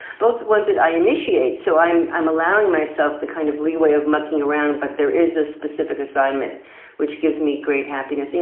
both was that i initiate. so i'm i'm allowing myself the kind of leeway of mucking around. but there is a specific assignment which gives me great happiness. you